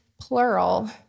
Plural